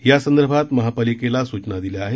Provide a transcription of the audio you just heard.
यासंदर्भात महापालिकेला सूचना दिल्या आहेत